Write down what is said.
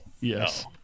Yes